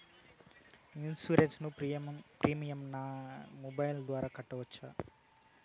Insurance premium ను నా mobile ద్వారా కట్టొచ్చా?